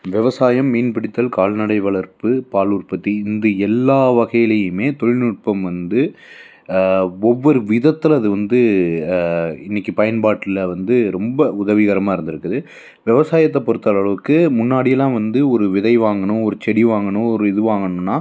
விவசாயம் மீன் பிடித்தல் கால்நடை வளர்ப்பு பால் உற்பத்தி இந்த எல்லா வகைலேயுமே தொழில்நுட்பம் வந்து ஒவ்வொரு விதத்தில் அது வந்து இன்றைக்கி பயன்பாட்டில் வந்து ரொம்ப உதவிகரமாக இருந்துருக்குது விவசாயத்தை பொறுத்த அளவுலலுக்கு முன்னாடி எல்லாம் வந்து ஒரு விதை வாங்கணும் ஒரு செடி வாங்கணும் ஒரு இது வாங்கணுன்னா